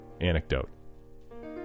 anecdote